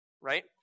right